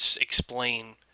explain